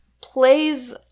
plays